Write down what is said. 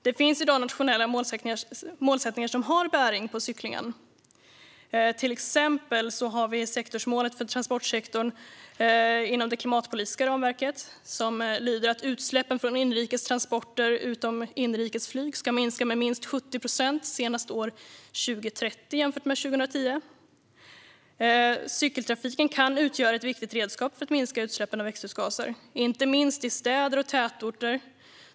Det finns i dag nationella målsättningar som har bäring på cyklingen, till exempel sektorsmålet för transportsektorn inom det klimatpolitiska ramverket. Det lyder så här: "Utsläppen från inrikes transporter, utom inrikes flyg, ska minska med minst 70 procent senast år 2030 jämfört med 2010." Cykeltrafiken kan utgöra ett viktigt redskap för att minska utsläppen av växthusgaser, inte minst i städer och tätorter.